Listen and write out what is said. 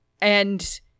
and-